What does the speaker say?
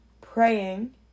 praying